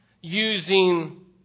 using